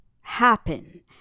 Happen